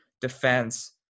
defense